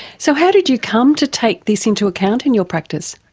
so how did you come to take this into account in your practice?